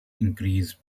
increased